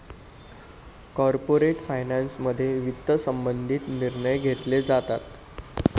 corporate फायनान्समध्ये वित्त संबंधित निर्णय घेतले जातात